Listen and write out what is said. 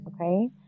okay